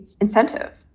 incentive